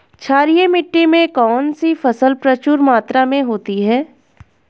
क्षारीय मिट्टी में कौन सी फसल प्रचुर मात्रा में होती है?